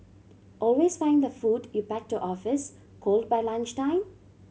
always find the food you pack to office cold by lunchtime